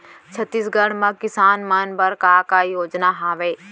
छत्तीसगढ़ म किसान मन बर का का योजनाएं हवय?